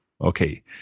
Okay